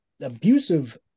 abusive